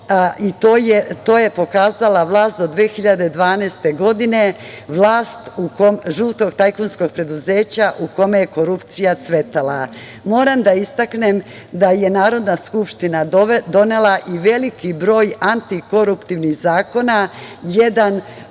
to je pokazala vlast do 2012. godine, vlast žutog tajkunskog preduzeća u kome je korupcija cvetala. Moram da istaknem da je Narodna skupština donela i veliki broj antikoruptivnih zakona. Jedan